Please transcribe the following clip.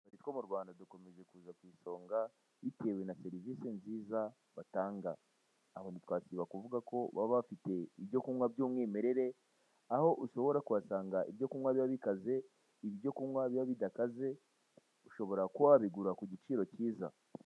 Utubari two murwanda dukomeje kuza ku isonga ,bitewe na serivise nziza batanga aho ntitwasiba kuvugako baba bafite ibyo kunywa by'umwimerere , aho ushobora kuhasanga ibyo kunywa biba bikaze, ibyo kunywa biba bidakaze, ushobora kuba wabigura kugiciro cyiza.